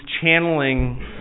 channeling